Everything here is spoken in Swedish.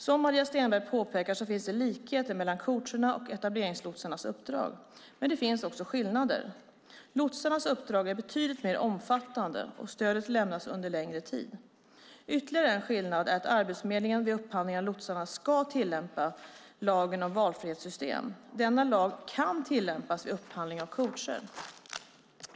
Som Maria Stenberg påpekar finns det likheter mellan coachernas och etableringslotsarnas uppdrag. Men det finns också skillnader. Lotsarnas uppdrag är betydligt mer omfattande, och stödet lämnas under längre tid. Ytterligare en skillnad är att Arbetsförmedlingen vid upphandling av lotsarna ska tillämpa lagen om valfrihetssystem. Denna lag kan tillämpas vid upphandling av coacher.